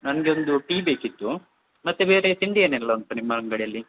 ನಂಗೆ ಒಂದು ಟೀ ಬೇಕಿತ್ತು ಮತ್ತು ಬೇರೆ ತಿಂಡಿ ಏನೆಲ್ಲ ಉಂಟು ನಿಮ್ಮ ಅಂಗಡಿಯಲ್ಲಿ